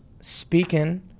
speaking